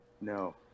No